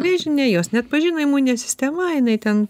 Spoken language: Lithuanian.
vėžine jos neatpažino imuninė sistema jinai ten